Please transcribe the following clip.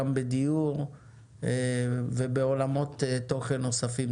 גם בדיור ובעולמות תוכן נוספים.